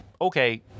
okay